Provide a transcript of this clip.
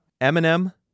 Eminem